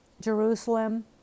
Jerusalem